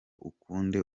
ukunde